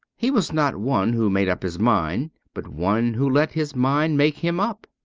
he was not one who made up his mind, but one who let his mind make him up.